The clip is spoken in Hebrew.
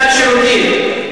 כמו רהט, תת-שירותים.